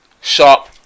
sharp